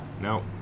No